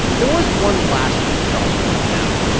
there was one last thing charles pointed out.